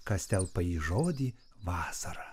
kas telpa į žodį vasara